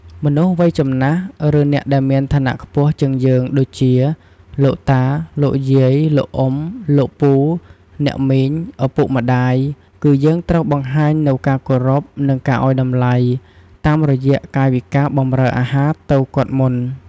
មនុស្សវ័យចំណាស់ ឬអ្នកដែលមានឋានៈខ្ពស់ជាងយើងដូចជា លោកតា លោកយាយ លោកអ៊ុំ លោកពូ អ្នកមីង ឪពុកម្ដាយ គឺយើងត្រូវបង្ហាញនូវ ការគោរព និងការឲ្យតម្លៃ តាមរយៈកាយវិការបម្រើអាហារទៅគាត់មុន។